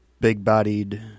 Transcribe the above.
big-bodied